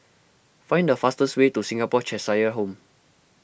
find the fastest way to Singapore Cheshire Home